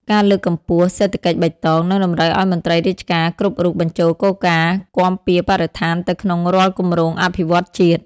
ការលើកកម្ពស់ "សេដ្ឋកិច្ចបៃតង" នឹងតម្រូវឱ្យមន្ត្រីរាជការគ្រប់រូបបញ្ចូលគោលការណ៍គាំពារបរិស្ថានទៅក្នុងរាល់គម្រោងអភិវឌ្ឍន៍ជាតិ។